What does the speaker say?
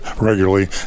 regularly